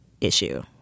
issue